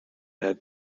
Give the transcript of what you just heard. had